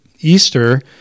Easter